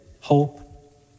hope